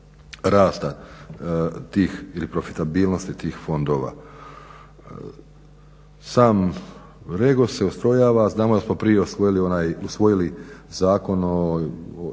rasta tih ili profitabilnosti tih fondova. Sam REGOS se ustrojava, znamo da smo prije usvojili Zakon o JOPP